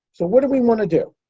so what do we want to do?